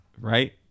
right